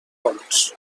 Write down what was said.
ponts